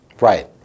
Right